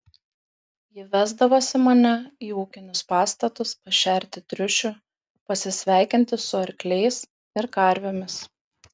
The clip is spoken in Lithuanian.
ji vesdavosi mane į ūkinius pastatus pašerti triušių pasisveikinti su arkliais ir karvėmis